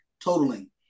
totaling